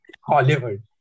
Hollywood